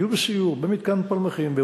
היו בסיור במתקן פלמחים,